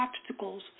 obstacles